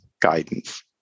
guidance